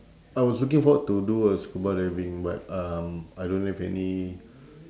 I was looking forward to do uh scuba diving but um I don't have any